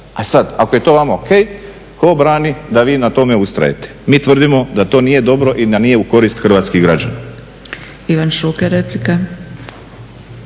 E sad, ako je to vama o.k. tko brani da vi na tome ustrajete. Mi tvrdimo da to nije dobro i da nije u korist hrvatskih građana. **Zgrebec, Dragica